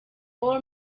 all